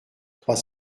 trois